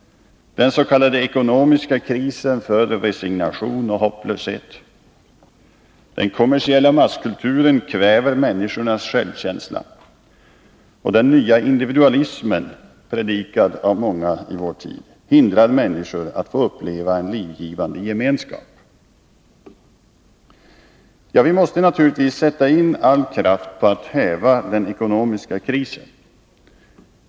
Den s.k. ekonomiska krisen föder resignation och hopplöshet. Den kommersiella masskulturen kväver människors självkänsla. Den nya individualismen, predikad av många i vår tid, hindrar människor att få uppleva en livgivande gemenskap. Vi måste naturligtvis sätta in all kraft på att häva den ekonomiska krisen.